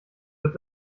wird